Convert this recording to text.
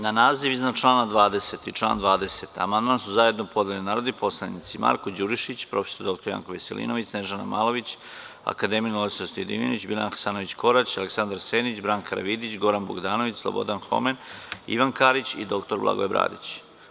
Na naziv iznad člana 20. i član 20. amandman su zajedno podneli narodni poslanici Marko Đurišić, prof. dr Janko Veselinović, Snežana Malović, akademik Ninoslav Stojadinović, Biljana Hasanović Korać, Aleksandar Senić, Branka Karavidić, Goran Bogdanović, Slobodan Homen, Ivan Karić i dr Blagoje Bradić.